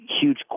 huge